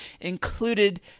included